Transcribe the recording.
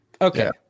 Okay